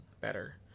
better